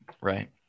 Right